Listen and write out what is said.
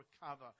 recover